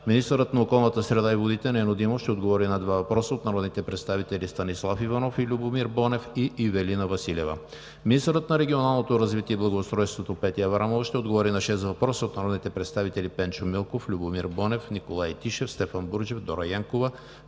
Министърът на околната среда и водите Нено Димов ще отговори на два въпроса от народните представители Станислав Иванов и Любомир Бонев; и Ивелина Василева. Министърът на регионалното развитие и благоустройството Петя Аврамова ще отговори на шест въпроса от народните представители Пенчо Милков; Любомир Бонев; Николай Тишев; Стефан Бурджев; Дора Янкова;